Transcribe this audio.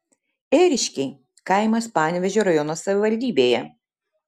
ėriškiai kaimas panevėžio rajono savivaldybėje